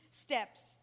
steps